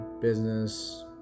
business